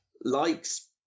likes